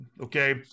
Okay